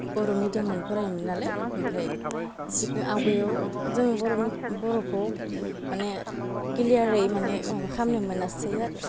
बर' मेडियामावनो फरायोमोन नालाय ओमफ्राय आवगायाव जों बर' बर'खौ माने क्लियारै माने माबा खालामनो मोनासै आरो